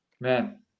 man